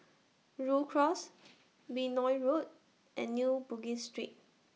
Rhu Cross Benoi Road and New Bugis Street